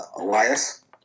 Elias